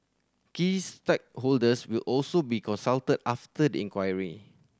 key stakeholders will also be consulted after the inquiry